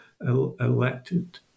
elected